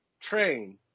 train